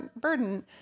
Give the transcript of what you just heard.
burden